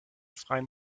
freien